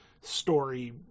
story